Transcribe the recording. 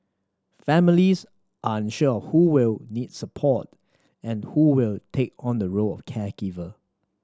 families unsure who will need support and who will take on the role of caregiver